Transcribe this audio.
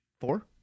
four